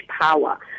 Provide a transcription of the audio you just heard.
power